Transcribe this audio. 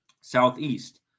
Southeast